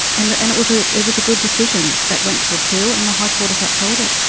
and and it was ah it was a good decision that went to appeal and the high court has upheld it.